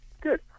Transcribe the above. Good